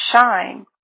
shine